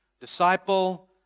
disciple